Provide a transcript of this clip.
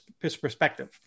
perspective